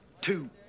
two